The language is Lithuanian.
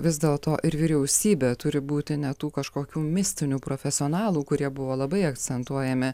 vis dėl to ir vyriausybė turi būti ne tų kažkokių mistinių profesionalų kurie buvo labai akcentuojami